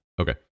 Okay